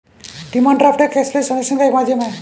demand draft एक cashless transaction का एक माध्यम है